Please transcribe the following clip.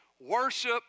Worship